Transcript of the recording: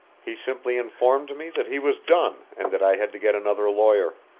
he simply informed me that he was done, and that i had to get another lawyer.